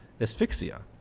Asphyxia